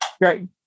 great